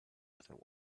other